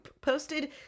posted